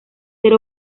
ser